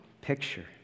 picture